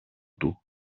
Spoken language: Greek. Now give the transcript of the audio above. του